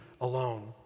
alone